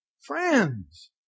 Friends